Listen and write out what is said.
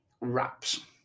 wraps